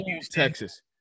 Texas